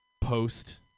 post